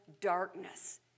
darkness